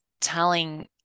telling